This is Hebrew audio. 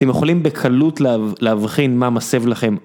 אם יכולים בקלות להבחין מה מסב לכם